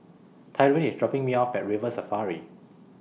Tyrin IS dropping Me off At River Safari